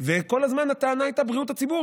וכל הזמן הטענה הייתה בריאות הציבור,